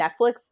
Netflix